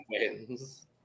wins